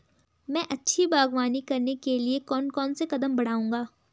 मैं अच्छी बागवानी करने के लिए कौन कौन से कदम बढ़ाऊंगा?